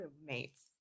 roommates